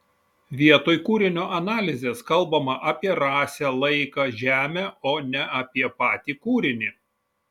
vietoj kūrinio analizės kalbama apie rasę laiką žemę o ne apie patį kūrinį